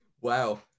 Wow